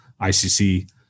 ICC